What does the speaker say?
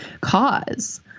cause